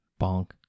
Bonk